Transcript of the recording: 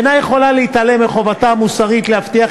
והיא אינה יכולה להתעלם מחובתה המוסרית להבטיח